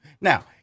Now